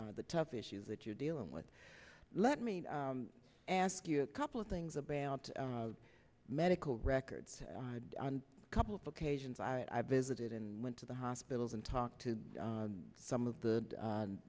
the tough issues that you're dealing with let me ask you a couple of things about medical records a couple of occasions i visited and went to the hospitals and talked to some of the